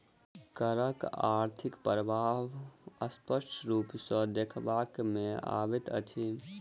करक आर्थिक प्रभाव स्पष्ट रूप सॅ देखबा मे अबैत अछि